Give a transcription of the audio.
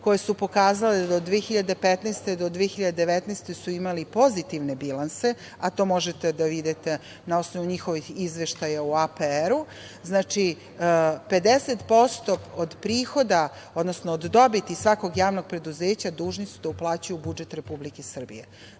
koja su pokazala da od 2015. do 2019. godine su imala pozitivne bilanse, a to možete da vidite na osnovu njihovih izveštaja u APR-u, znači 50% od prihoda, odnosno od dobiti svakog javnog preduzeća dužni su da uplaćuju u budžet Republike Srbije. Znači,